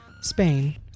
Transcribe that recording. Spain